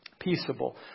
Peaceable